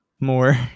More